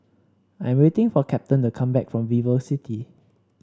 I'm waiting for Captain to come back from VivoCity